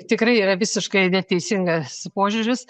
tikrai yra visiškai neteisingas požiūris